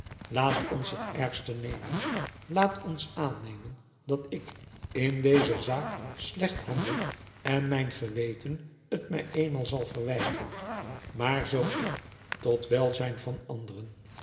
laat ons het ergste nemen laat ons aannemen dat ik in deze zaak slecht handel en mijn geweten t mij eenmaal zal verwijten maar zoo ik tot welzijn van anderen